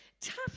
tough